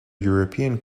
european